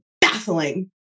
baffling